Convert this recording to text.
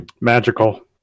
Magical